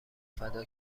فدا